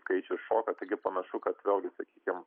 skaičius šoka taigi panašu kad vėl gi sakykim